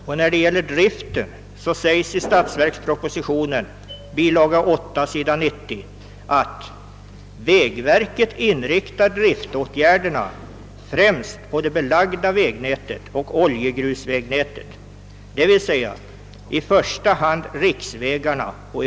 Och när det gäller driften sägs i » Vägverket inriktar driftåtgärderna främst på det belagda vägnätet och oljegrusvägnätet, d. v. s. i första hand riksvägarna inkl.